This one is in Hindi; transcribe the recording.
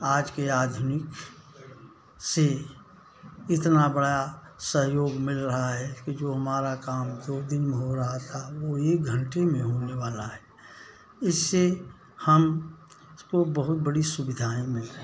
आज के आधुनिक से इतना बड़ा सहयोग मिल रहा है कि जो हमारा काम दो दिन में हो रहा था वो एक घंटे में होने वाला है इससे हम इसको बहुत बड़ी सुविधाएँ मिल रही